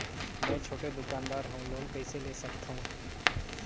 मे छोटे दुकानदार हवं लोन कइसे ले सकथव?